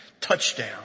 Touchdown